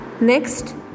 Next